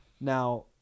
Now